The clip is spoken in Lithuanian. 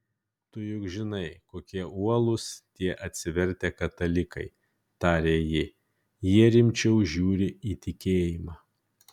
tu juk žinai kokie uolūs tie atsivertę katalikai tarė ji jie rimčiau žiūri į tikėjimą